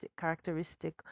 characteristic